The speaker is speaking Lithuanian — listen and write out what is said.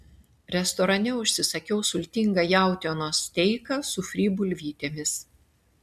restorane užsisakiau sultingą jautienos steiką su fry bulvytėmis